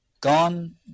gone